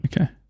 Okay